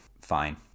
fine